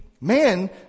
man